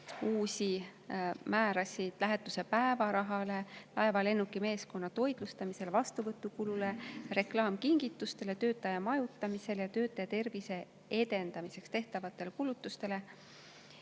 uusi määrasid lähetuse päevaraha, laeva‑ ja lennukimeeskonna toitlustamise, vastuvõtukulu, reklaamkingituste, töötaja majutamise ja töötaja tervise edendamiseks tehtavate kulutuste